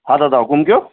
हा दादा हुकुमि कयो